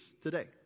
Today